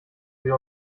sie